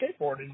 skateboarding